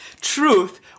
Truth